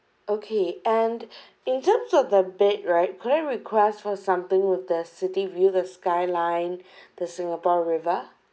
okay and in terms of the bed right could I request for something with the city view the skyline the singapore river